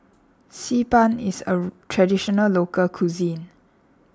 Xi Ban is a Traditional Local Cuisine